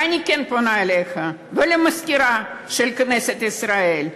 ואני כן פונה אליך ולמזכירה של כנסת ישראל,